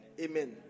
Amen